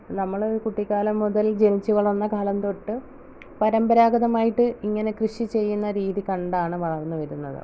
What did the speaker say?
നമ്മൾ കുട്ടിക്കാലം മുതൽ ജനിച്ച് വളർന്നക്കാലം തൊട്ട് പരമ്പരഗതമായിട്ട് ഇങ്ങനെ കൃഷി ച്ചെയ്യുന്ന രീതി കണ്ടാണ് വളർന്നു വരുന്നത്